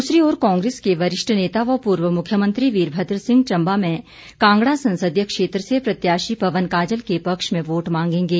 दूसरी ओर कांग्रेस के वरिष्ठ नेता व पूर्व मुख्यमंत्री वीरभद्र सिंह चंबा में कांगड़ा संसदीय क्षेत्र से प्रत्याशी पवन काजल के पक्ष में वोट मांगेंगे